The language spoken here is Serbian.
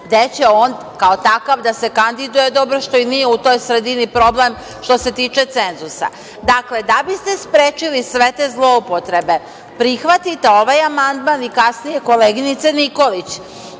će on kao takav da se kandiduje, što i nije u toj sredini problem, što se tiče cenzusa. Dakle, da bi ste sprečili sve te zloupotrebe prihvatite ovaj amandman i kasnije koleginice Nikolić,